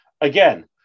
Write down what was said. Again